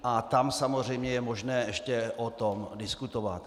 A tam samozřejmě je možné ještě o tom diskutovat.